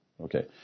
Okay